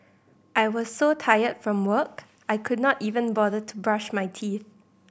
I was so tired from work I could not even bother to brush my teeth